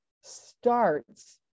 starts